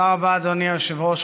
תודה רבה, אדוני היושב-ראש.